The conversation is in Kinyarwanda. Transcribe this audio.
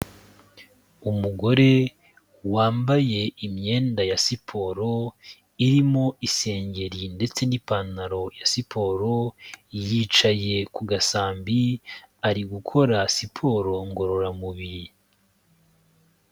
Umugore wambaye imyenda ya siporo irimo isengeri ndetse n'ipantaro ya siporo, yicaye ku gasambi ari gukora siporo ngororamubiri.